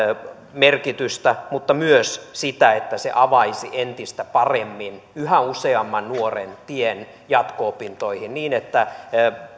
merkitystä mutta myös sitä että se avaisi entistä paremmin yhä useamman nuoren tien jatko opintoihin niin että